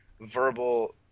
verbal